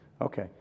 Okay